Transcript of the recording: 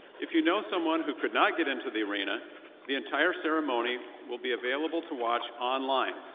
if you know someone who could not get into the arena the entire ceremony will be available to watch online.